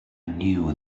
knew